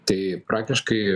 tai praktiškai